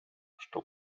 что